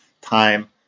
time